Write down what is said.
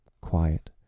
Quiet